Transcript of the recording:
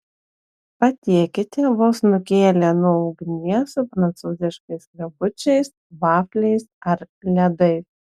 patiekite vos nukėlę nuo ugnies su prancūziškais skrebučiais vafliais ar ledais